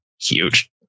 huge